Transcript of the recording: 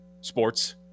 sports